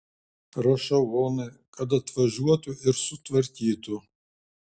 rašau onai kad atvažiuotų ir sutvarkytų